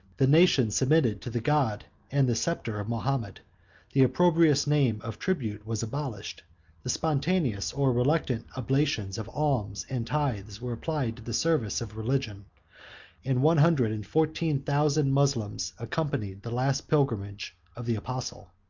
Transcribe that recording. the nation submitted to the god and the sceptre of mahomet the opprobrious name of tribute was abolished the spontaneous or reluctant oblations of arms and tithes were applied to the service of religion and one hundred and fourteen thousand moslems accompanied the last pilgrimage of the apostle.